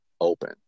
open